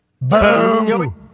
Boom